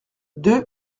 deux